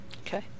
Okay